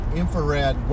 infrared